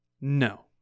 no